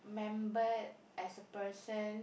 ~membered as a person